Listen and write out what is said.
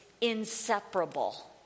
inseparable